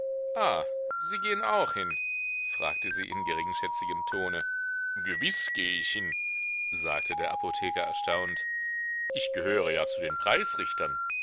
sie gehen auch hin fragte sie in geringschätzigem tone gewiß gehe ich hin sagte der apotheker erstaunt ich gehöre ja zu den